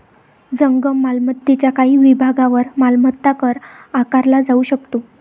जंगम मालमत्तेच्या काही विभागांवर मालमत्ता कर आकारला जाऊ शकतो